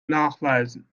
nachweisen